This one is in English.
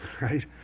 right